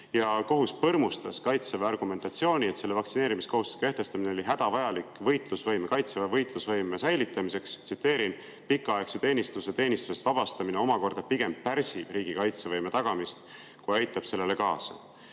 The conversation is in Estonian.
Kohus põrmustas Kaitseväe argumentatsiooni, et vaktsineerimiskohustuse kehtestamine oli hädavajalik Kaitseväe võitlusvõime säilitamiseks. Tsiteerin: "Pikaaegse teenistuja teenistusest vabastamine omakorda pigem pärsib riigi kaitsevõime tagamist, kui et aitab sellele kaasa."